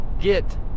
get